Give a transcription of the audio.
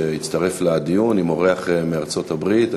שהצטרף לדיון עם אורח מארצות-הברית.